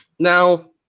Now